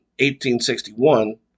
1861